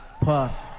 Puff